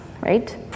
right